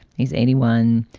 he's eighty one.